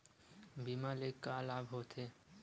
बीमा ले का लाभ होथे?